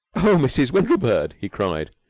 oh, mrs. windlebird, he cried,